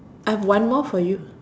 I've one more for you